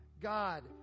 God